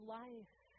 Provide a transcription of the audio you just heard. life